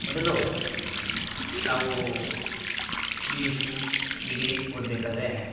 ಮೊದಲು ನಾವು P U C degree ಓದಬೇಕಾದ್ರೆ